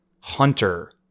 hunter